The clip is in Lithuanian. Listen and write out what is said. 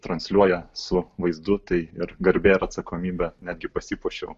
transliuoja su vaizdu tai ir garbė ir atsakomybė netgi pasipuošiau